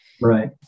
Right